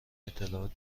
اطلاعات